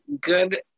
good